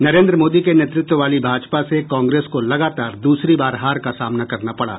नरेन्द्र मोदी के नेतृत्व वाली भाजपा से कांग्रेस को लगातार दूसरी बार हार का सामना करना पड़ा